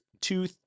two